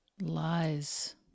Lies